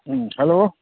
ꯎꯝ hello